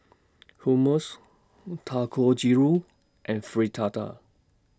Hummus Dangojiru and Fritada